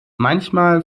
manchmal